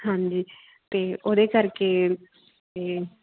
ਹਾਂਜੀ ਅਤੇ ਉਹਦੇ ਕਰਕੇ ਅਤੇ